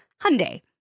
Hyundai